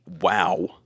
Wow